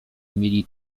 mieli